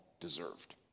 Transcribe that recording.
deserved